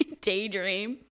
daydream